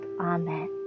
Amen